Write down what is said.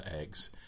eggs